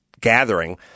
gathering